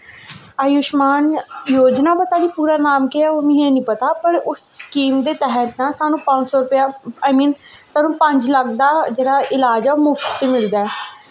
आयुश्मान योजना दा पता निं पूरा नाम केह् ऐ मिगी हैन्नी पता पर उस स्कीम दे तैह्त ना सानू पंज सौ रपेऽ सानू पंज लक्ख दा इलाज जेह्ड़ा ओह् मुफ्त दा मिलदा ऐ